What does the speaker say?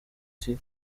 ati